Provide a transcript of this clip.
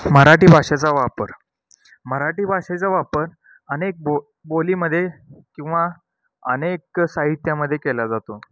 मराठी भाषेचा वापर मराठी भाषेचा वापर अनेक बो बोलीमध्ये किंवा अनेक साहित्यामध्ये केला जातो